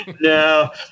No